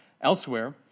Elsewhere